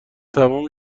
تمام